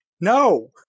No